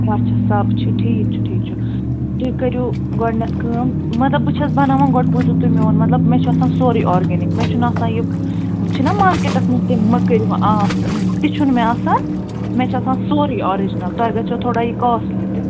اَچھا سَب چھِ ٹھیٖک چھُ ٹھیٖک چھُ تُہۍ کٔرِو گۄڈٕنٮ۪تھ کٲم مطلب بہٕ چھَس بناوان گۄڈٕ بوٗزِو تُہۍ میٛون مطلب مےٚ چھُ آسان سورُے آرگینِک مےٚ چھُنہٕ آسان یہِ یِم چھِنا مارکٮ۪ٹس منٛز تِم مٔکٔرۍ آسان تہِ چھُنہٕ مےٚ آسان مےٚ چھُ آسان سورُے آرجنل تۄہہِ گژھٮ۪و تھوڑا یہِ کاسٹلی تہِ